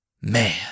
Man